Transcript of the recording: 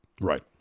right